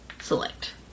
select